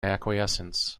acquiescence